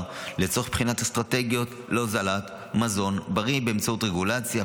לצורך בחינת אסטרטגיות להוזלת מזון בריא באמצעות רגולציה,